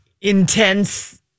intense